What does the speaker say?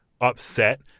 upset